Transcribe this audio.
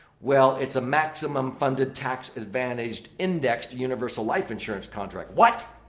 well, it's a maximum-funded, tax-advantaged indexed universal life insurance contract. what?